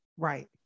Right